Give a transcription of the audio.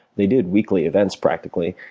they did weekly events, practically.